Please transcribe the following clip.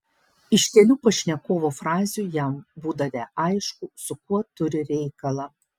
iš kelių pašnekovo frazių jam būdavę aišku su kuo turi reikalą